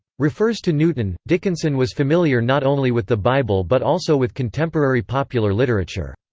refers to newton dickinson was familiar not only with the bible but also with contemporary popular literature.